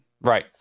Right